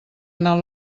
anar